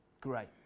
Great